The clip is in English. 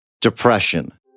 depression